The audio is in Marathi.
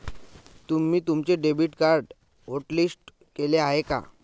तुम्ही तुमचे डेबिट कार्ड होटलिस्ट केले आहे का?